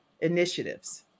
initiatives